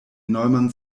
neumann